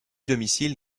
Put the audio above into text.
domicile